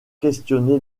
questionné